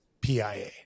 PIA